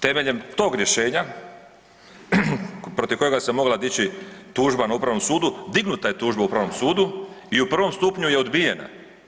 Temeljem tog rješenja protiv kojega se mogla dići tužba na Upravnom sudu, dignuta je tužba Upravnom sudu i u prvom stupnju je odbijena.